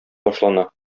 башлана